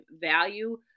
value